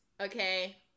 Okay